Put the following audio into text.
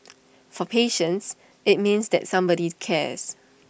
for patients IT means that somebody cares